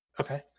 Okay